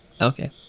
Okay